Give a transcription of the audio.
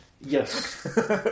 Yes